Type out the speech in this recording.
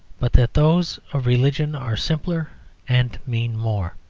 but that those of religion are simpler and mean more.